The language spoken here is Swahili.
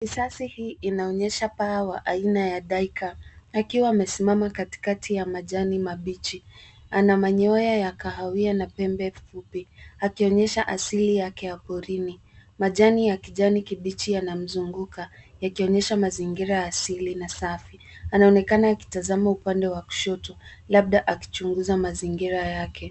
Kisasi hii inaonyesha paa wa aina ya tiger akiwa amesimama katikati ya majani mabichi, ana manyoya ya kahawia na pembe fupi akionyesha asili yake ya porini, majani ya kijani kibichi yanamzunguka yakionyesha mazingira ya asili na safi, anaonekana akitazama upande wa kushoto labda akichunguza mazingira yake.